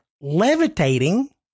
levitating